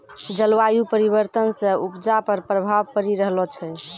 जलवायु परिवर्तन से उपजा पर प्रभाव पड़ी रहलो छै